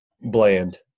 bland